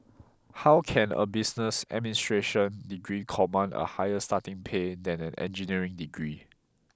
how can a business administration degree command a higher starting pay than an engineering degree